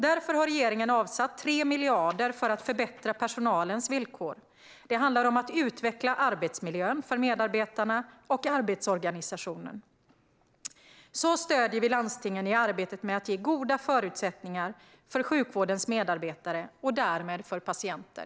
Därför har regeringen avsatt 3 miljarder för att förbättra personalens villkor. Det handlar om att utveckla arbetsmiljön för medarbetarna och arbetsorganisationen. På det sättet stöder vi landstingen i arbetet med att ge goda förutsättningar för sjukvårdens medarbetare och därmed för patienter.